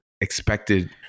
expected